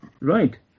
Right